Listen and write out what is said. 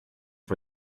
for